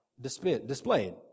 displayed